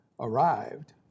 arrived